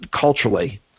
culturally